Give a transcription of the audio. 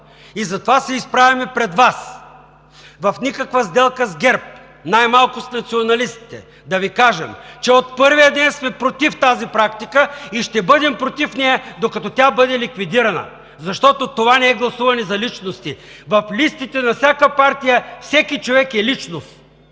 Затова се изправяме пред Вас – в никаква сделка с ГЕРБ, най малко с националистите, да Ви кажем, че от първия ден сме против тази практика и ще бъдем против нея, докато тя бъде ликвидирана, защото това не е гласуване за личности. В листите на всяка партия всеки човек е личност